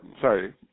Sorry